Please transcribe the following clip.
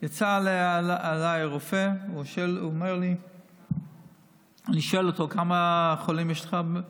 יצא אליי הרופא, אני שואל אותו: כמה חולים יש לך?